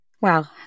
Wow